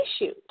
issue